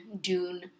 Dune